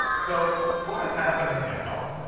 so what is happening now?